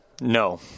No